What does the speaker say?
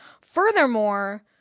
Furthermore